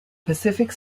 pacific